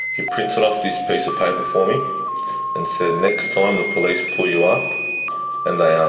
he printed off this piece of paper for me and said, next time the police pull you up and